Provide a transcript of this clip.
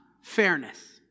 Fairness